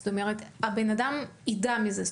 זאת אומרת, הבן אדם ידע מזה?